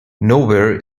nowhere